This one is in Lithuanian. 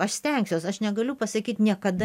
aš stengsiuos aš negaliu pasakyt niekada